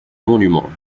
monument